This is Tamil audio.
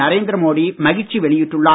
நரேந்திர மோடி மகிழ்ச்சி வெளியிட்டுள்ளார்